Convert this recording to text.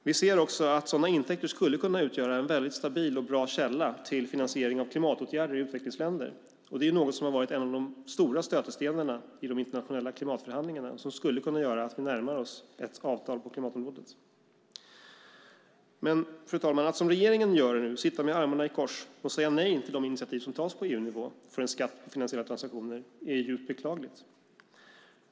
Vi ser också att sådana intäkter skulle kunna utgöra en stabil och bra källa till finansiering av klimatåtgärder i utvecklingsländer. Det är något som har varit en av de stora stötestenarna i de internationella klimatförhandlingarna och som skulle kunna göra att vi närmade oss ett avtal på klimatområdet. Fru talman! Att som regeringen gör sitta med armarna i kors och säga nej till de initiativ som tas på EU-nivå för en skatt på finansiella transaktioner är djupt beklagligt.